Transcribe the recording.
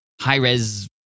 high-res